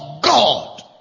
God